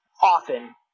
Often